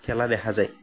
খেলা দেখা যায়